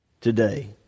today